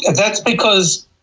that's because,